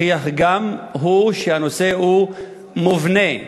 הוכיח גם הוא שהנושא הוא מובנה.